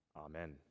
Amen